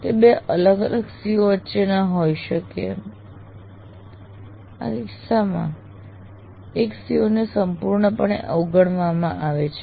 તે બે અલગ અલગ CO વચ્ચે ન હોઈ શકે આ કિસ્સામાં એક CO ને સંપૂર્ણપણે અવગણવામાં આવે છે